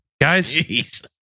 guys